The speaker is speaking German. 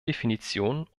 definitionen